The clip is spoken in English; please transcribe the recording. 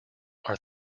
are